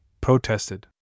protested